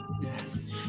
Yes